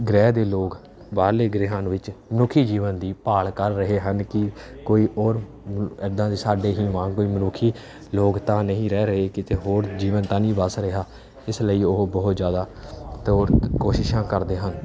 ਗ੍ਰਹਿ ਦੇ ਲੋਕ ਬਾਹਰਲੇ ਗ੍ਰਹਿਆਂ ਵਿੱਚ ਮਨੁੱਖੀ ਜੀਵਨ ਦੀ ਭਾਲ ਕਰ ਰਹੇ ਹਨ ਕਿ ਕੋਈ ਔਰ ਇੱਦਾਂ ਦੇ ਸਾਡੇ ਹੀ ਵਾਂਗੂ ਕੋਈ ਮਨੁੱਖੀ ਲੋਕ ਤਾਂ ਨਹੀਂ ਰਹਿ ਰਹੇ ਕਿਤੇ ਹੋਰ ਜੀਵਨ ਤਾਂ ਨਹੀਂ ਵੱਸ ਰਿਹਾ ਇਸ ਲਈ ਉਹ ਬਹੁਤ ਜ਼ਿਆਦਾ ਤੌਰ ਕੋਸ਼ਿਸ਼ਾਂ ਕਰਦੇ ਹਨ